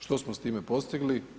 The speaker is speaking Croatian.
Što smo s time postigli?